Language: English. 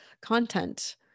content